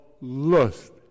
lust